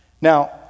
Now